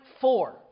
four